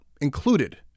included